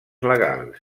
legals